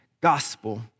gospel